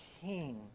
king